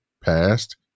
passed